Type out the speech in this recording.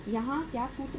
यहाँ क्या सूत्र है